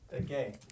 Okay